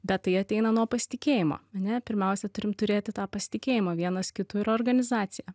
bet tai ateina nuo pasitikėjimo ane pirmiausia turim turėti tą pasitikėjimą vienas kitu ir organizacija